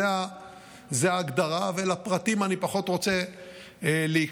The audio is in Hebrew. זאת ההגדרה, ולפרטים אני פחות רוצה להיכנס.